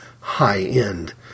high-end